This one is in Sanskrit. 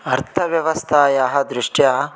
अर्थव्यवस्थायाः दृष्ट्या